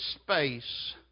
space